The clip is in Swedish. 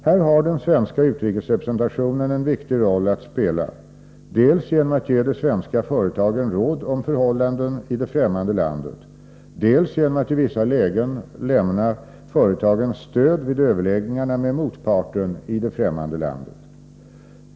Här har den svenska utrikesrepresentationen en viktig roll att spela — dels genom att ge de svenska företagen råd om förhållanden i det främmande landet, dels genom att i vissa lägen lämna företagen stöd vid överläggningarna med motparten i det ffrämmande landet.